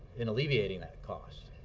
in alleviating that cost.